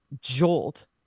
jolt